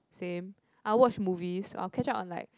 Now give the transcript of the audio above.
same I watch movies I'll catch up on like